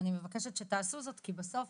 אני מבקשת שתעשו זאת כי בסוף